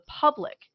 public